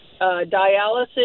dialysis